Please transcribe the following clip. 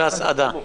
כי זה הצורך,